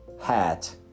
hat